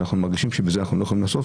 אנחנו מרגישים שבזה אנחנו לא יכולים לעשות,